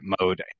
mode